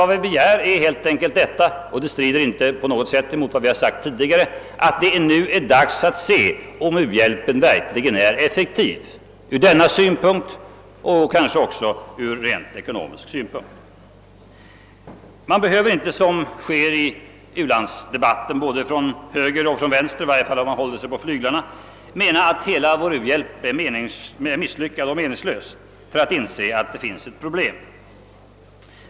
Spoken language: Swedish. Vi framhåller helt enkelt — och det strider inte på något sätt mot vad vi sagt tidigare — att det nu är dags att se efter om u-hjälpen verkligen är effektiv från denna synpunkt. Man behöver inte, så som sker i u-landsdebatten både från höger och från vänster — i varje fall från dem som håller sig på flyglarna — mena att hela vår u-hjälp är misslyckad och meningslös för att inse att här finns ett problem.